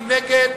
מי נגד?